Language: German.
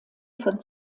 von